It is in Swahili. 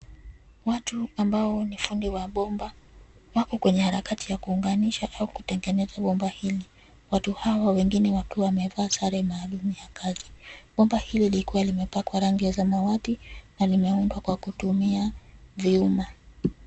Watu ambao ni fundi wa bomba. Wako kwenye harakati ya kuunganisha au kutengeneza bomba hili. Watu hao wengine wakiwa wamevaa sare maalum ya kazi. Bomba hili lilikuwa limepangwa rangi ya samawati na limeundwa kwa kutumia vyuma.